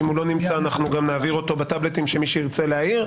ואם הוא לא נמצא גם נעביר אותו בטבלטים למי שירצה להעיר.